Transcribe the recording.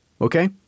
okay